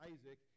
Isaac